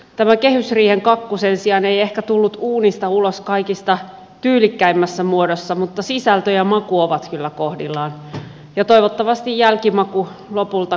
tämä kehysriihen kakku sen sijaan ei ehkä tullut uunista ulos kaikista tyylikkäimmässä muodossa mutta sisältö ja maku ovat kyllä kohdillaan ja toivottavasti jälkimaku lopulta kruunaa kaiken